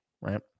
Right